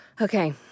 Okay